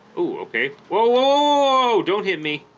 okay whoa don't hit me